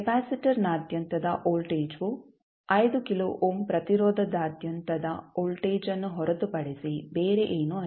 ಕೆಪಾಸಿಟರ್ನಾದ್ಯಂತದ ವೋಲ್ಟೇಜ್ವು 5 kilo ohm ಪ್ರತಿರೋಧದಾದ್ಯಂತದ ವೋಲ್ಟೇಜ್ಅನ್ನು ಹೊರತುಪಡಿಸಿ ಬೇರೆ ಏನೂ ಅಲ್ಲ